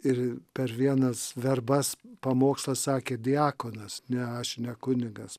ir per vienas verbas pamokslą sakė diakonas ne aš ne kunigas